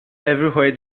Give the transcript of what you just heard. everywhere